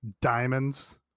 Diamonds